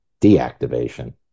deactivation